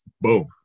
boom